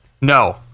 No